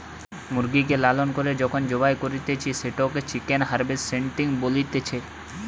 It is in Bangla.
মুরগিকে লালন করে যখন জবাই করতিছে, সেটোকে চিকেন হার্ভেস্টিং বলতিছে